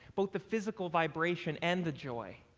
both the physical vibration and the joy,